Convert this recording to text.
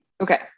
Okay